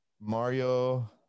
mario